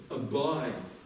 abide